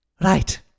Right